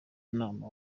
nama